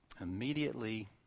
immediately